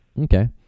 Okay